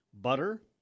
butter